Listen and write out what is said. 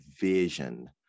vision